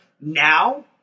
Now